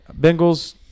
Bengals